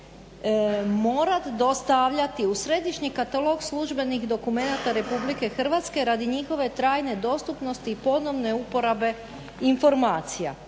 morati dostavljati u središnji katalog službenih dokumenata Republike Hrvatske radi njihove trajne dostupnosti i ponovne uporabe informacija,